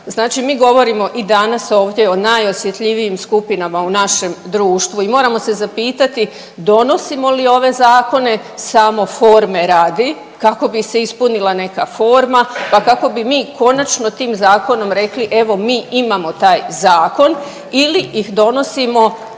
Znači mi govorimo i danas ovdje o najosjetljivijim skupinama u našem društvu i moramo se zapitati donosimo li ove zakone samo forme radi kako bi se ispunila neka forma pa kako bi konačno tim zakonom rekli, evo mi imamo taj zakon ili ih donosimo